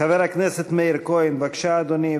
חבר הכנסת מאיר כהן, בבקשה, אדוני.